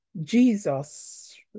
Jesus